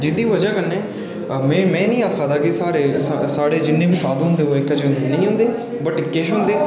जेह्दी बजह कन्नै में निं आक्खा दा केह् सारे जि'न्ने बी साधु न ओह् इक्कै जेह् नेईं होंदे बट किश होंदे